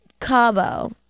Cabo